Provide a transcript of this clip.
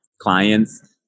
clients